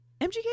MGK